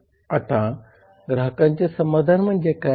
आता ग्राहकांचे समाधान म्हणजे काय